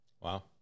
Wow